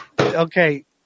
Okay